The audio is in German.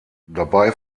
dabei